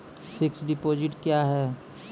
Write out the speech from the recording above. Fixed deposit क्या हैं?